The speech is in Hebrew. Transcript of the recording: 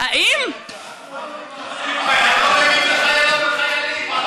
אבל הוא לא מבין בחיילות ובחיילים.